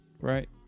right